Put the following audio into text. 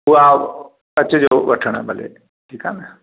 उहा अचिजो वठणु भले ठीकु आहे न